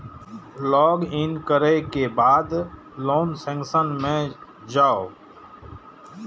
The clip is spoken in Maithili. लॉग इन करै के बाद लोन सेक्शन मे जाउ